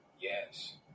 Yes